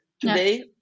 Today